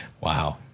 Wow